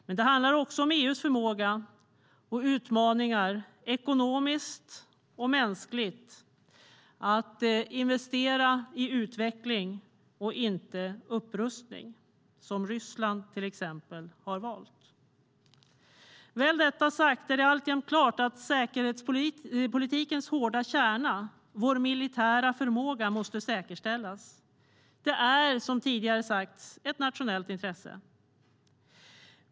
Men det handlar också om EU:s förmåga och utmaningar, ekonomiskt och mänskligt, att investera i utveckling och inte i upprustning, som till exempel Ryssland har valt. När detta väl är sagt är det alltjämt klart att säkerhetspolitikens hårda kärna, vår militära förmåga, måste säkerställas. Det är, som tidigare sagts, ett nationellt intresse.